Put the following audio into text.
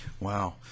Wow